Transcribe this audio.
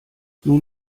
nun